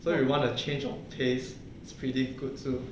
so if you want to change of tastes it's pretty good too